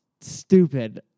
stupid